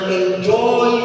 enjoy